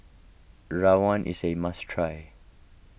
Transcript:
Rawon is a must try